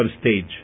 stage